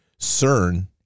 CERN